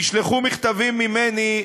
נשלחו מכתבים ממני.